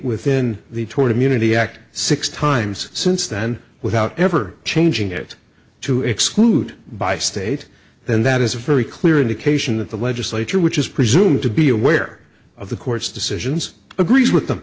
within the toward immunity act six times since then without ever changing it to exclude by state then that is a very clear indication that the legislature which is presumed to be aware of the court's decisions agrees with them